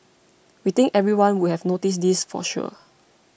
we think everyone would have noticed this for sure